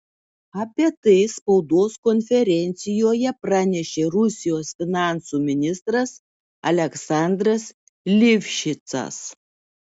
apie tai spaudos konferencijoje pranešė rusijos finansų ministras aleksandras livšicas